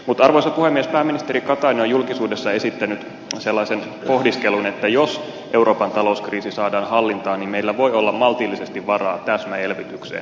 mutta arvoisa puhemies pääministeri katainen on julkisuudessa esittänyt sellaisen pohdiskelun että jos euroopan talouskriisi saadaan hallintaan niin meillä voi olla maltillisesti varaa täsmäelvytykseen